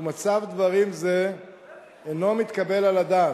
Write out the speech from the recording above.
ומצב דברים זה אינו מתקבל על הדעת.